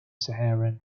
saharan